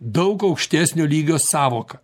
daug aukštesnio lygio sąvoką